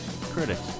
critics